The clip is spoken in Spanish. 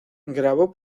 grabó